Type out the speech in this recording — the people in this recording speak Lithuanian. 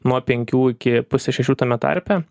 nuo penkių iki pusės šešių tame tarpe